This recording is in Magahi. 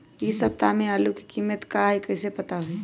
इ सप्ताह में आलू के कीमत का है कईसे पता होई?